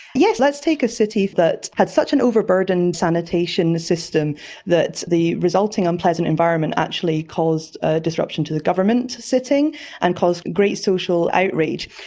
yes, let's take a city that had such an overburdened sanitation system that the resulting unpleasant environment actually caused ah disruption to the government sitting and caused great social outrage.